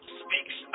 speaks